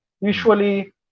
Usually